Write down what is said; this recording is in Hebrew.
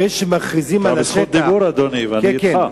אתה בזכות דיבור, אדוני, ואני אתך.